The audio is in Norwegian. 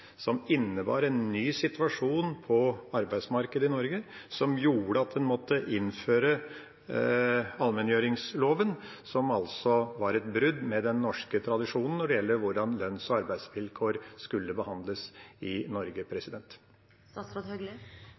som innebar en ny situasjon på arbeidsmarkedet i Norge – som gjorde at en måtte innføre allmenngjøringsloven, som altså var et brudd med den norske tradisjonen når det gjelder hvordan lønns- og arbeidsvilkår skulle behandles i Norge.